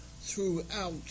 throughout